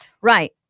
Right